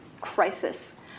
crisis